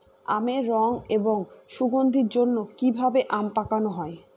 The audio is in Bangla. আমের রং এবং সুগন্ধির জন্য কি ভাবে আম পাকানো হয়?